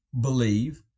believe